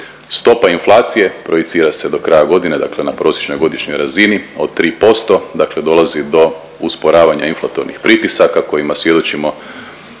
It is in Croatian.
Stopa inflacije projicira se do kraja godine, dakle na prosječnoj godišnjoj razini od 3% dakle dolazi do usporavanja inflatornih pritisaka kojima svjedočimo